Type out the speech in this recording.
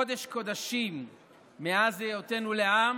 קודש-קודשים מאז היותנו לעם,